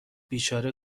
بیچاره